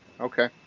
Okay